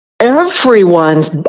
everyone's